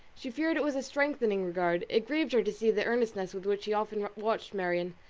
she feared it was a strengthening regard. it grieved her to see the earnestness with which he often watched marianne,